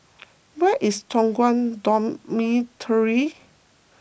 where is Toh Guan Dormitory